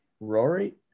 Rory